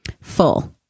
Full